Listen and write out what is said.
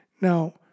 Now